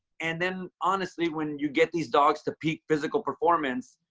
and then honestly, when you get these dogs to peak physical performance,